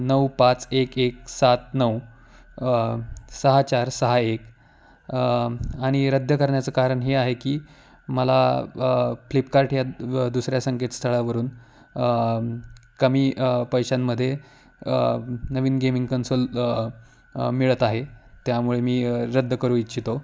नऊ पाच एक एक सात नऊ सहा चार सहा एक आणि रद्द करण्याचं कारण हे आहे की मला फ्लिपकार्ट ह्या दुसऱ्या संकेत स्थळावरून कमी पैशांमध्ये नवीन गेमिंग कन्सोल मिळत आहे त्यामुळे मी रद्द करू इच्छितो